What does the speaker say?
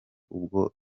ubwo